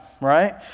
right